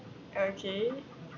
okay